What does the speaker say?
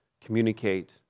communicate